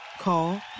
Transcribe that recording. Call